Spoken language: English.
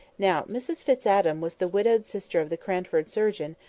now mrs fitz-adam was the widowed sister of the cranford surgeon,